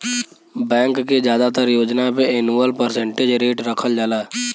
bank के जादातर योजना पे एनुअल परसेंटेज रेट रखल जाला